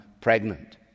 pregnant